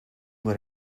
what